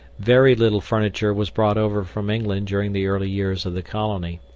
very little furniture was brought over from england during the early years of the colony.